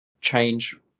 change